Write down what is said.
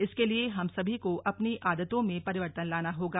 इसके लिए हम सभी को अपनी आदतों में परिवर्तन लाना होगा